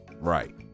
Right